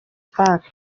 park